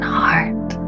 heart